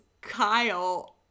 Kyle